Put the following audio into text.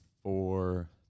Four